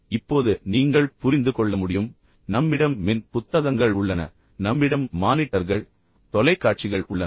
எனவே இப்போது நீங்கள் புரிந்து கொள்ள முடியும் இப்போது நம்மிடம் மின் புத்தகங்கள் உள்ளன பின்னர் நம்மிடம் மானிட்டர்கள் தொலைக்காட்சிகள் உள்ளன